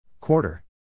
Quarter